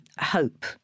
hope